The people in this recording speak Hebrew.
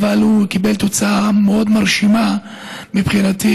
אבל הוא קיבל תוצאה מאוד מרשימה, מבחינתי.